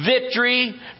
victory